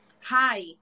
hi